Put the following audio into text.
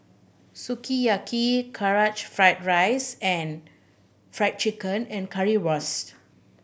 Sukiyaki Karaage Fried Rice and Fried Chicken and Currywurst